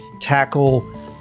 tackle